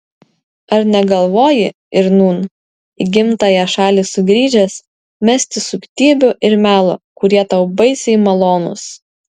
ar negalvoji ir nūn į gimtąją šalį sugrįžęs mesti suktybių ir melo kurie tau baisiai malonūs